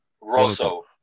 Rosso